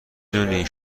دونی